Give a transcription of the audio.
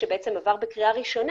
שעבר בקריאה ראשונה,